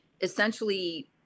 essentially